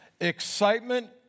Excitement